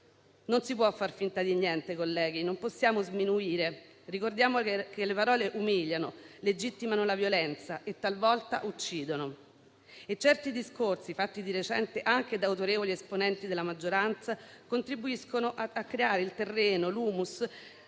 Non si può far finta di niente, colleghi. Non possiamo sminuire. Ricordiamo che le parole umiliano, legittimano la violenza e talvolta uccidono. E certi discorsi fatti di recente anche da autorevoli esponenti della maggioranza contribuiscono a creare il terreno, l'*humus*